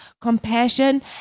compassion